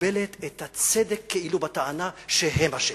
מקבלת את הצדק כאילו בטענה שהם אשמים.